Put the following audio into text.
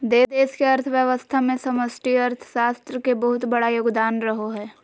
देश के अर्थव्यवस्था मे समष्टि अर्थशास्त्र के बहुत बड़ा योगदान रहो हय